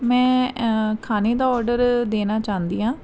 ਮੈਂ ਖਾਣੇ ਦਾ ਓਰਡਰ ਦੇਣਾ ਚਾਹੁੰਦੀ ਹਾਂ